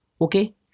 Okay